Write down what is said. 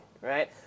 right